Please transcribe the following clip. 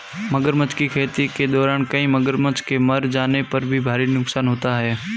मगरमच्छ की खेती के दौरान कई मगरमच्छ के मर जाने पर भारी नुकसान होता है